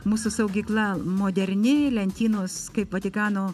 mūsų saugykla moderni lentynos kaip vatikano